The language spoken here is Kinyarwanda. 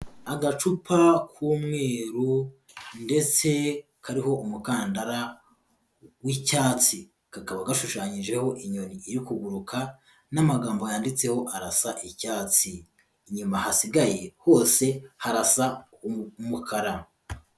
Agacupa k'umweru ndetse kariho umukandara w'icyatsi, kakaba gashushanyijeho inyoni iri kuguruka n'amagambo yanditseho arasa icyatsi, inyuma hasigaye hose harasa umukara.